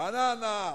רעננה,